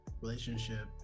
relationship